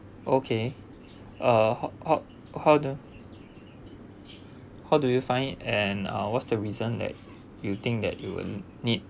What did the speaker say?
okay uh ho~ ho~ hold on how do you find it and uh what's the reason that you think that you will need